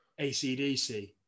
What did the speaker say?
ACDC